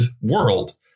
world